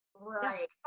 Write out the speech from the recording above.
right